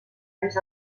anys